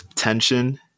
Tension